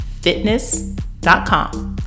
fitness.com